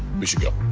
we should go.